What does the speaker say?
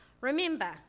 Remember